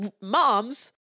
moms